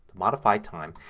modify time,